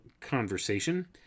conversation